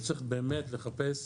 וצריך באמת לחפש